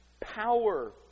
power